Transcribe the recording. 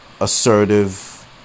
assertive